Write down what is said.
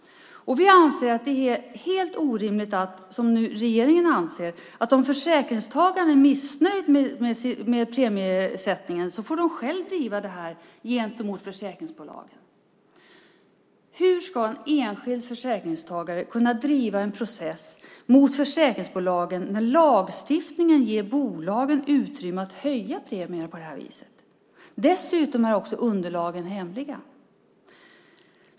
Vi menar att det är helt orimligt att, som regeringen anser, försäkringstagare som är missnöjda med premieersättningen själva får driva en process gentemot försäkringsbolagen. Men hur ska en enskild försäkringstagare kunna driva en process gentemot försäkringsbolagen när lagstiftningen ger bolagen utrymme för att på det här viset höja premierna? Dessutom är underlagen hemliga.